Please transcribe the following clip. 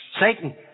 Satan